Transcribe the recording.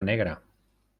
negra